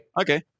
Okay